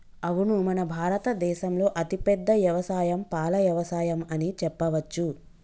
అవును మన భారత దేసంలో అతిపెద్ద యవసాయం పాల యవసాయం అని చెప్పవచ్చు